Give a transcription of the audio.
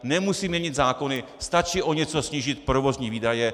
Nemusí měnit zákony, stačí o něco snížit provozní výdaje.